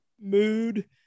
mood